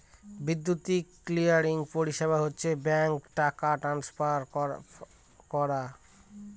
বৈদ্যুতিক ক্লিয়ারিং পরিষেবা হচ্ছে ব্যাঙ্কে টাকা ট্রান্সফার করা